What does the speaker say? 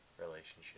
relationship